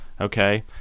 Okay